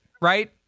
Right